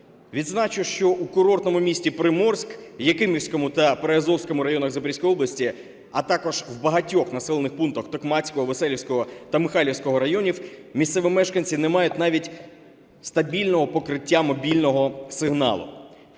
Відзначу, що у курортному місті Приморськ, в Якимівському та Приазовському районах Запорізької області, а також в багатьох населених пунктах Токмацького, Веселівського та Михайлівського районів місцеві мешканці не мають навіть стабільного покриття мобільного сигналу.